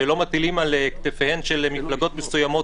שלא מטילים על כתפיהן של מפלגות מסוימות,